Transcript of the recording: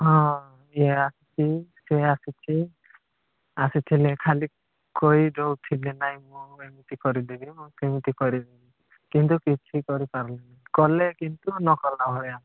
ହଁ ଇଏ ଆସୁଛି ସେ ଆସୁଛି ଆସୁଥିଲେ ଖାଲି କହି ଦେଉଥିଲେ ନାଇଁ ମୁଁ ଏମିତି କରିଦେବି ମୁଁ ସେମିତି କରିଦେବି କିନ୍ତୁ କିଛି କରି ପାରୁନାହିଁ କଲେ କିନ୍ତୁ ନକଲା ଭଳିଆ